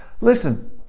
listen